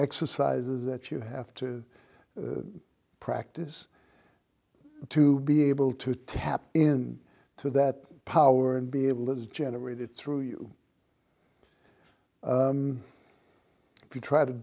exercises that you have to practice to be able to tap in to that power and be able it is generated through you if you try to